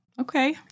Okay